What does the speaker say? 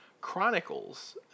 chronicles